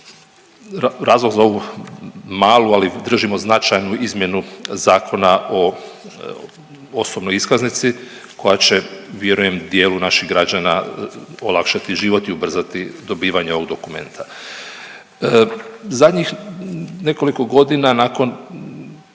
razlog za ovu malu, ali držimo značajnu izmjenu Zakona o osobnoj iskaznici koja će, vjerujem, dijelu naših građana olakšati život i ubrzati dobivanje ovog dokumenta. Zadnjih nekoliko godina nakon